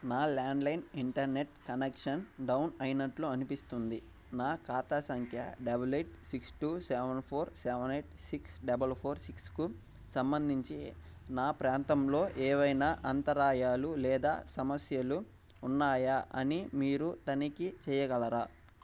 నా landline internet connection down అయినట్లు అనిపిస్తుంది నా ఖాతా సంఖ్య double eight six two seven four eight six double four సిక్స్కు సంబంధించి నా ప్రాంతంలో ఏవైనా అంతరాయాలు లేదా సమస్యలు ఉన్నాయా అని మీరు తనిఖీ చేయగలరా